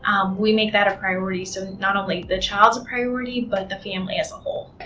um we make that a priority. so, not only the child's a priority, but the family as a whole.